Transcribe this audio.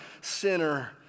sinner